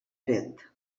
dret